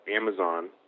Amazon